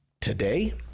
today